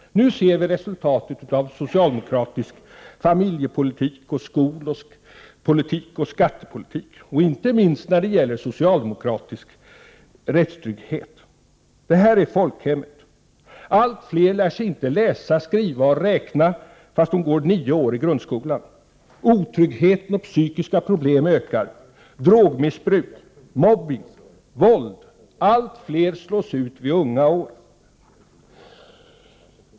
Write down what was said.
Nu ser vi resultatet av socialdemokratisk familje-, skoloch skattepolitik, och icke minst när det gäller socialdemokratisk rättstrygghet. Detta är folkhemmet. Allt fler lär sig inte att läsa, skriva och räkna trots nio år i grundskolan. Otryggheten och psykiska problem ökar, liksom drogmissbruk, mobbning och våld. Allt flera slås ut vid unga år.